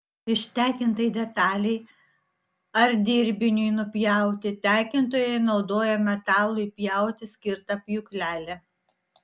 ištekintai detalei ar dirbiniui nupjauti tekintojai naudoja metalui pjauti skirtą pjūklelį